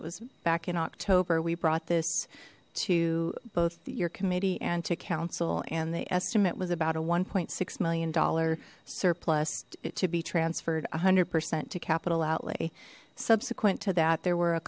it was back in october we brought this to both your committee and to council and the estimate was about a one point six million dollar surplus to be transferred a hundred percent to capital outlay subsequent to that there were a